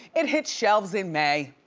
it hits shelves in may.